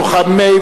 לוחמי,